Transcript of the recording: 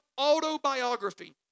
autobiography